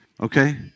okay